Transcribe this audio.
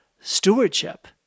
stewardship